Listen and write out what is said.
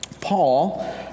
Paul